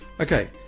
Okay